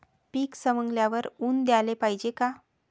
पीक सवंगल्यावर ऊन द्याले पायजे का?